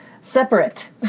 separate